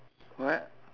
what